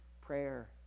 Prayer